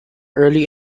early